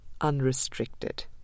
unrestricted